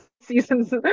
season's